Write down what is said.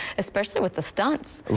especially with the stunts.